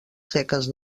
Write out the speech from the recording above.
seques